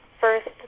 first